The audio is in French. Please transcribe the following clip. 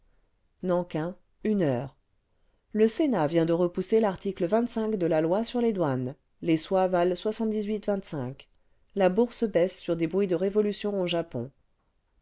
nankin heure le sénat vient de repousser l'article de la loi sur les douanes les soies valent la bourse baisse suides bruits de révolution au japon